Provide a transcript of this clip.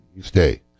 stay